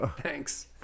Thanks